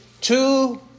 two